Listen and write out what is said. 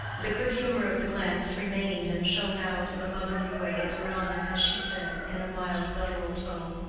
the good-humor of the glance remained and shone out in a motherly way at deronda, as she said, in a mild guttural tone,